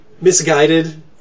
misguided